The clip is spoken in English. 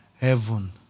heaven